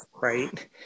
right